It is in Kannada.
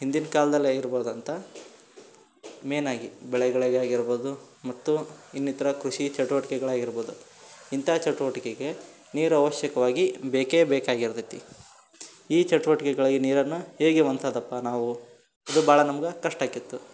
ಹಿಂದಿನ ಕಾಲದಲ್ಲೆ ಇರ್ಬೋದು ಅಂತ ಮೇನಾಗಿ ಬೆಳೆಗಳಿಗಾಗಿರ್ಬೋದು ಮತ್ತು ಇನ್ನಿತರ ಕೃಷಿ ಚಟುವಟ್ಕೆಗಳು ಆಗಿರ್ಬೋದು ಇಂತಹ ಚಟುವಟಿಕೆಗೆ ನೀರು ಅವಶ್ಯಕವಾಗಿ ಬೇಕೇ ಬೇಕಾಗಿರ್ತೈತೆ ಈ ಚಟುವಟುಕೆಗಳಿಗೆ ನೀರನ್ನು ಹೇಗೆ ಹೊಂದ್ಸದಪ್ಪ ನಾವು ಇದು ಭಾಳ ನಮ್ಗೆ ಕಷ್ಟ ಆಕೈತೆ